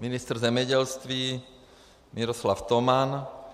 Ministr zemědělství Miroslav Toman.